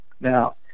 Now